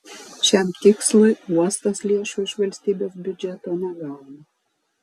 šiam tikslui uostas lėšų iš valstybės biudžeto negauna